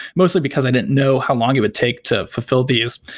mostly because i didn't know how long it would take to fulfill these.